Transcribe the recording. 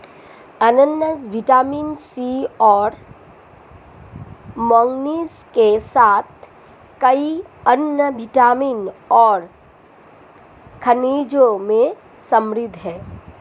अनन्नास vitamin C और manganese के साथ कई अन्य विटामिन और खनिजों में समृद्ध हैं